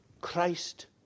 Christ